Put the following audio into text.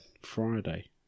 Friday